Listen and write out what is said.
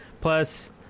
plus